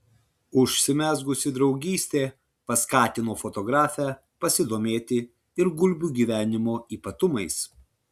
užsimezgusi draugystė paskatino fotografę pasidomėti ir gulbių gyvenimo ypatumais